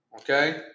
Okay